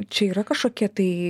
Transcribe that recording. čia yra kažkokie tai